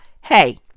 hey